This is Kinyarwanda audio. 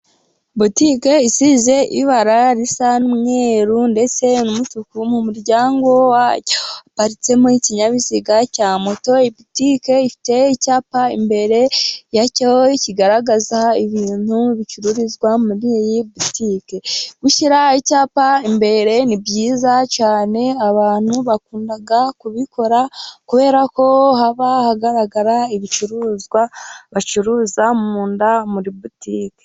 Butike isize ibara risa n'umweru ndetse n'umutuku, mu muryango wayo haparitsemo ikinyabiziga cya moto. Iyi butike ifite icyapa imbere yacyo kigaragaza ibintu bicururizwa muri iyi butike. Gushyira icyapa imbere ni byiza cyane abantu bakunda kubikora, kubera ko haba hagaragara ibicuruzwa bacuruza mu nda muri butike.